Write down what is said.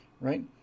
right